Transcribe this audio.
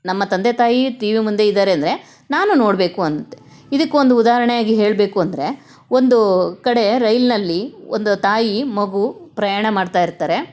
ನಮ್ಮ ತಂದೆ ತಾಯಿಯೇ ಟಿ ವಿ ಮುಂದೆ ಇದ್ದಾರೆ ಅಂದರೆ ನಾನೂ ನೋಡಬೇಕು ಅಂತ ಇದಿಕ್ಕೊಂದು ಉದಾಹರಣೆಯಾಗಿ ಹೇಳಬೇಕು ಅಂದರೆ ಒಂದು ಕಡೆ ರೈಲ್ನಲ್ಲಿ ಒಂದು ತಾಯಿ ಮಗು ಪ್ರಯಾಣ ಮಾಡ್ತಾ ಇರ್ತಾರೆ